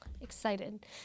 Excited